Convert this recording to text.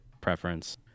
preference